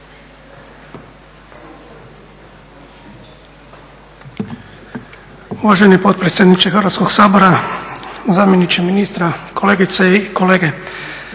Uvaženi potpredsjedniče Hrvatskog sabora, zamjeniče ministra, kolegice i kolege.